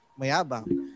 mayabang